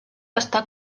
està